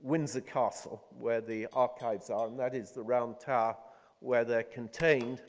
windsor castle, where the archives are. and that is the round tower where they're contained.